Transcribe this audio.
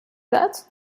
that